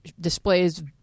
displays